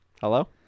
Hello